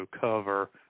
cover